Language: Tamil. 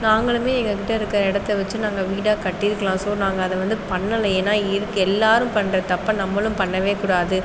நாங்களுமே எங்கள் கிட்டே இருக்கிற இடத்தை வச்சு வீடாக கட்டியிருக்கலாம் சோ நாங்கள் அதை வந்து பண்ணலை ஏன்னால் எல்லோரும் பண்ணுற தப்ப நம்மளும் பண்ணவே கூடாது